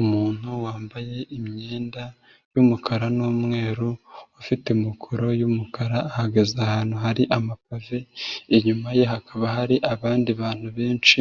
Umuntu wambaye imyenda y'umukara n'umweru ufite mikoro y'umukara, ahagaze ahantu hari amapave, inyuma ye hakaba hari abandi bantu benshi